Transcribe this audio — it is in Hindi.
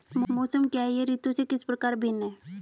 मौसम क्या है यह ऋतु से किस प्रकार भिन्न है?